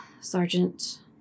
Sergeant